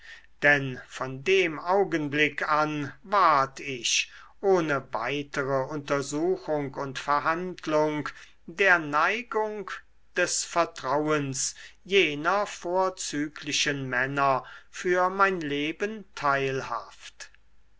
denn von dem augenblick an ward ich ohne weitere untersuchung und verhandlung der neigung des vertrauens jener vorzüglichen männer für mein leben teilhaft